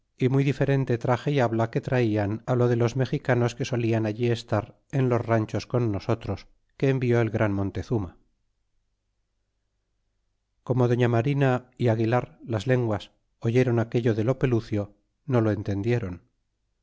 y muy diferente trage y habla que traían á lo de los mexicanos que solian alli estar en los ranchos con nosotros que envió el gran montezuma y como doña marina y aguilar las lenguas oydron aquello de lopelucio no lo